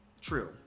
True